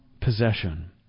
possession